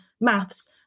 maths